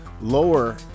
lower